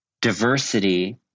diversity